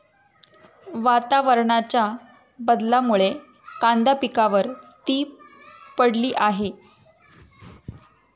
वातावरणाच्या बदलामुळे कांदा पिकावर ती पडली आहे